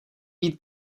být